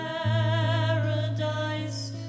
paradise